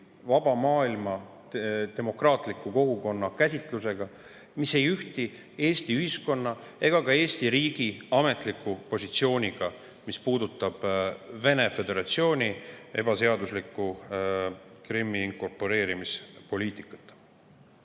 vaba maailma demokraatliku kogukonna käsitlusega, Eesti ühiskonna ega ka Eesti riigi ametliku positsiooniga, mis puudutab Vene föderatsiooni ebaseaduslikku Krimmi inkorporeerimise poliitikat. Õige